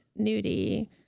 nudie